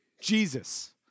Jesus